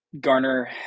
garner